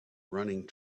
running